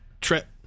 trip